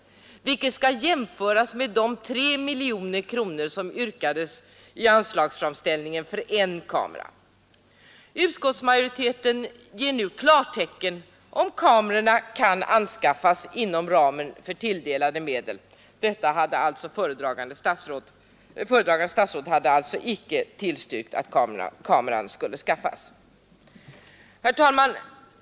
Utskottsmajoriteten ger nu klartecken, om kamerorna kan anskaffas inom ramen för tilldelade medel, vilket skall jämföras med de 3 miljoner kronor som yrkades i anslagsfram ställningen för en kamera. Föredragande statsrådet hade alltså inte tillstyrkt att kamera skulle anskaffas. Herr talman!